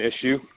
issue